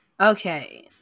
Okay